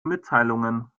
mitteilungen